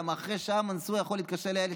כי אחרי שעה מנסור יכול להתקשר לאילת,